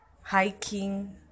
hiking